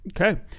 okay